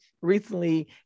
recently